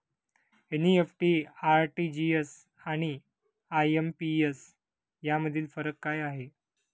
NEFT, RTGS आणि IMPS यामधील फरक काय आहे?